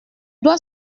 doit